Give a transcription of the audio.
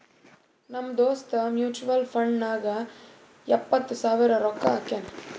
ನಮ್ ದೋಸ್ತ mutual fund ನಾಗ್ ಎಪ್ಪತ್ ಸಾವಿರ ರೊಕ್ಕಾ ಹಾಕ್ಯಾನ್